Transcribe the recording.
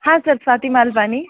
हा सर स्वाती मालपानी